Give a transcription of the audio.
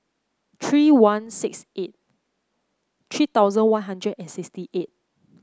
three one six eight three thousand One Hundred and sixty eight